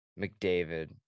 mcdavid